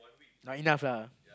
lah enough lah